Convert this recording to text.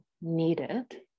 needed